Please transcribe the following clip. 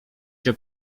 się